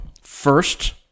First